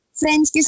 friends